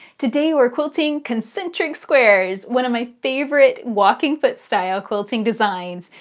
today we're quilting concentric squares, one of my favorite walking foot-style quilting designs.